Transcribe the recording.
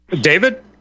David